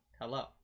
hello